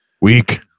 weak